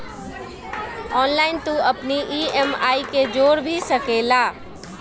online तू अपनी EMI के जोड़ भी सकेला